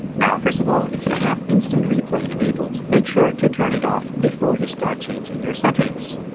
now first of all if you have instant replay enabled make sure to turn it off before you start changing your settings.